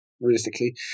realistically